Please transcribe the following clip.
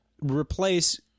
replace